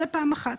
זה נושא אחד.